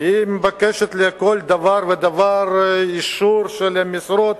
ומבקשת בכל דבר ודבר אישור למשרות.